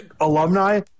alumni